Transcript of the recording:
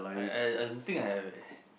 I I I think I